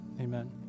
Amen